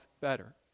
better